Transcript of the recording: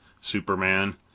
Superman